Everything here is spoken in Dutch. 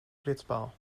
flitspaal